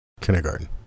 kindergarten